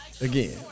Again